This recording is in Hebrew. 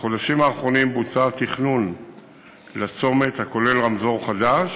בחודשים האחרונים בוצע תכנון לצומת הכולל רמזור חדש.